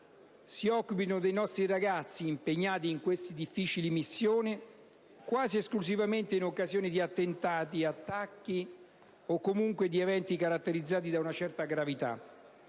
si occupino dei nostri ragazzi impegnati in queste difficili missioni quasi esclusivamente in occasione di attentati e attacchi, o comunque di eventi caratterizzati da una certa gravità.